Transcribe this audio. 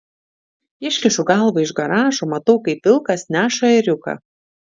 iškišu galvą iš garažo matau kaip vilkas neša ėriuką